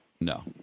No